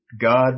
God